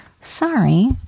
Sorry